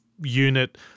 unit